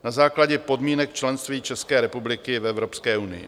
Na základě podmínek členství České republiky v Evropské unii.